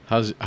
How's